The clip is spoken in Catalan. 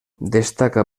destaca